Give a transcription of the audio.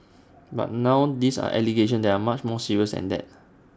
but now these are allegations that are much more serious than that